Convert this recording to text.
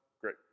great